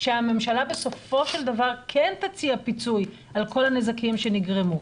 שהממשלה בסופו של דבר כן תציע פיצוי על כל הנזקים שנגרמו.